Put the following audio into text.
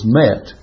met